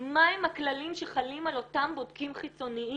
מה הם הכללים שחלים על אותם בודקים חיצוניים.